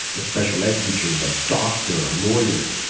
special ed teachers, a doctor, a lawyer.